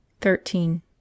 thirteen